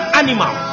animal